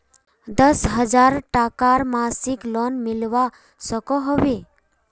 दस हजार टकार मासिक लोन मिलवा सकोहो होबे?